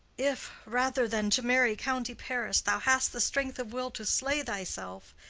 if, rather than to marry county paris thou hast the strength of will to slay thyself,